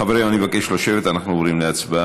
חברים, אני מבקש לשבת, אנחנו עוברים להצבעה.